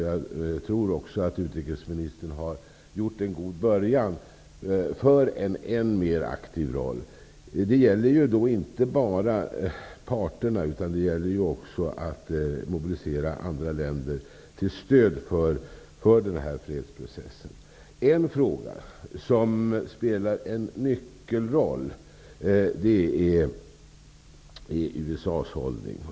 Jag tror också att utrikesministern har åstadkommit en god början på en än mer aktiv roll. Det gäller då inte bara parterna, utan det gäller också att mobilisera andra länder till stöd för fredsprocessen. En fråga som spelar en nyckelroll är USA:s hållning.